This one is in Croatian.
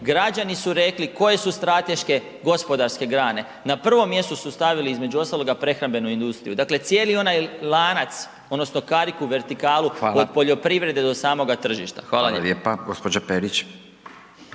građani su rekli koje su strateške gospodarske grane, na prvom mjestu su stavili između ostaloga prehrambenu industriju, dakle cijeli onaj lanac odnosno vertikalu od poljoprivrede do samoga tržišta. Hvala. **Radin, Furio